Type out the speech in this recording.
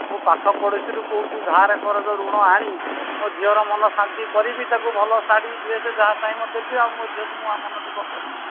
ମୋ ପାଖ ପଡ଼ୋଶୀରୁ କେଉଁଠୁ ଧାର କରଜ ଋଣ ଆଣି ମୋ ଝିଅର ମନ ଶାନ୍ତି କରିବି ତାକୁ ଭଲ ଶାଢ଼ୀ ଡ୍ରେସ୍ ଯାହା ଚାହିଁବ ଦେବି ଆଉ ମୋ ଝିଅକୁ ମନ ଦୁଃଖ କରିବି କି